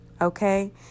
okay